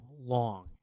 long